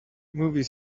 movie